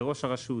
וראש הרשות.